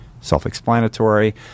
Self-Explanatory